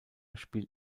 spielt